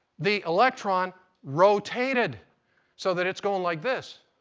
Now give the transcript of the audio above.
the electron rotated so that it's going like this?